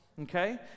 Okay